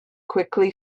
quickly